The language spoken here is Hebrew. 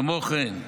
כמו כן,